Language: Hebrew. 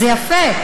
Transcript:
זה יפה,